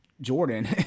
jordan